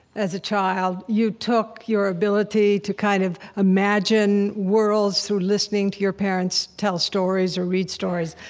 as a child. you took your ability to kind of imagine worlds through listening to your parents tell stories or read stories.